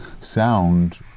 sound